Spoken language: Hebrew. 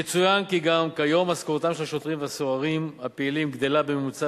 יצוין כי גם כיום משכורתם של שוטרים וסוהרים פעילים גדלה בממוצע